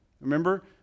remember